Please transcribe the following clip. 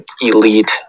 elite